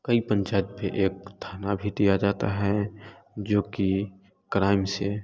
कई पंचायत में एक थाना भी दिया जाता है जो कि क्राइम से